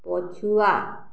ପଛୁଆ